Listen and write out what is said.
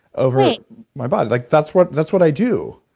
over my body. like that's what that's what i do